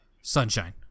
Sunshine